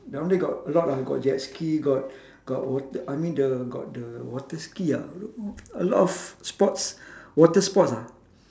down there got a lot ah got jet ski got got wate~ I mean the got the water ski ah a lot of sports water sports ah